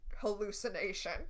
hallucination